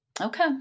Okay